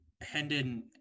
Hendon